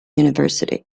university